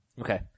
Okay